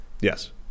Yes